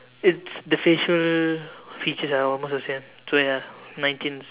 it's the facial features are almost the same so ya nineteen's